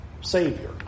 savior